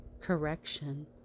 correction